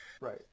Right